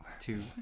two